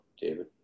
David